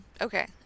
Okay